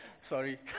Sorry